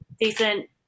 decent